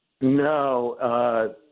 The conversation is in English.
No